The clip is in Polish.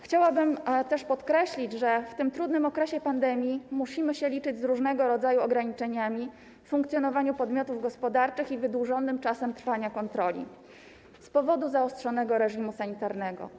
Chciałabym też podkreślić, że w tym trudnym okresie pandemii musimy się liczyć z różnego rodzaju ograniczeniami w funkcjonowaniu podmiotów gospodarczych i wydłużonym czasem trwania kontroli z powodu zaostrzonego reżimu sanitarnego.